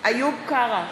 איוב קרא,